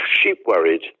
sheep-worried